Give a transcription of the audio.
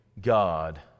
God